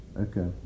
Okay